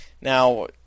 Now